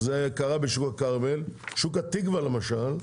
בשוק התקווה, למשל,